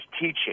teaching